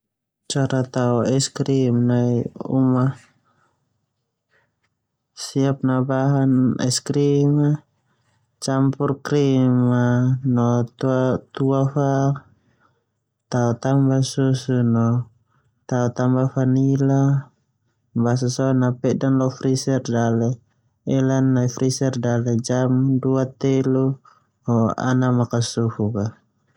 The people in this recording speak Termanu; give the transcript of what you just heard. Cara tao eskrim nai uma, siap na bahan es krim a, campur krim no tua fa, tao tamba susu no, tao tambah vanila, basa so na pedan lo freezee dale, elan nai frezeer dale jam dua telu ho ela ana makasufu.